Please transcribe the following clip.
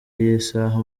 y’isaha